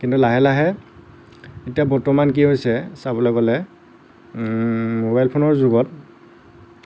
কিন্তু লাহে লাহে এতিয়া বৰ্তমান কি হৈছে চাবলৈ গ'লে মোবাইল ফোনৰ যুগত